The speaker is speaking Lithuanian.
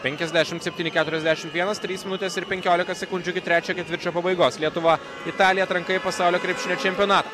penkiasdešimt septyni keturiasdešimt vienas trys minutės ir penkiolika sekundžių iki trečio ketvirčio pabaigos lietuva italija atranka į pasaulio krepšinio čempionatą